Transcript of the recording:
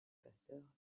pasteur